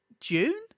June